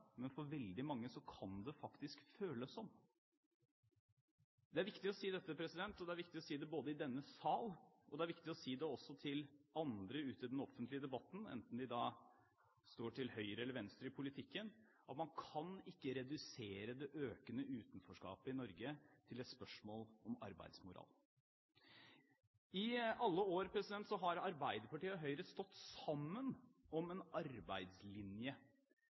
men for veldig mange kan det faktisk føles sånn. Det er viktig å si dette, og det er viktig å si det både i denne sal og til andre ute i den offentlige debatten, enten de står til høyre eller venstre i politikken, at man kan ikke redusere det økende utenforskapet i Norge til et spørsmål om arbeidsmoral. I alle år har Arbeiderpartiet og Høyre stått sammen om en arbeidslinje